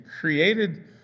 created